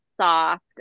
soft